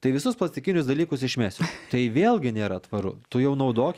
tai visus plastikinius dalykus išmesiu tai vėlgi nėra tvaru tu jau naudok